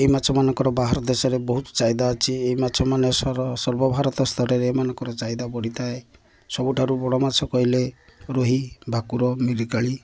ଏଇ ମାଛମାନଙ୍କର ବାହାର ଦେଶରେ ବହୁତ ଚାହିଦା ଅଛି ଏହି ମାଛମାନେ ସର୍ବଭାରତ ସ୍ତରରେ ଏମାନଙ୍କର ଚାହିଦା ବଢ଼ିଥାଏ ସବୁଠାରୁ ବଡ଼ ମାଛ କହିଲେ ରୋହି ଭାକୁର ମିରିକାଳି